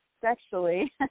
sexually